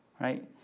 right